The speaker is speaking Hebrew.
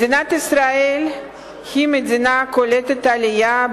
מדינת ישראל היא מדינה קולטת עלייה.